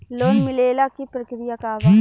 Loan मिलेला के प्रक्रिया का बा?